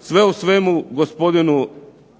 Sve u svemu, gospodinu